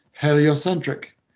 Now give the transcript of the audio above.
heliocentric